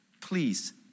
Please